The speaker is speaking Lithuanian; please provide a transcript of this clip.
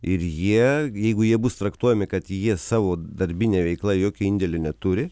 ir jie jeigu jie bus traktuojami kad jie savo darbine veikla jokio indėlio neturi